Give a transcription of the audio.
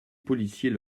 policiers